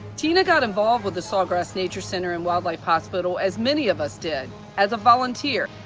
tina got involved with the sawgrass nature center and wildlife hospital as many of us did as a volunteer.